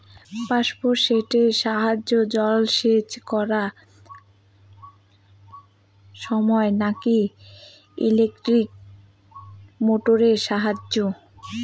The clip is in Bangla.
পাম্প সেটের সাহায্যে জলসেচ করা সাশ্রয় নাকি ইলেকট্রনিক মোটরের সাহায্যে?